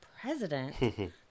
president